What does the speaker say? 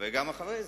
וגם אחרי זה.